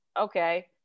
Okay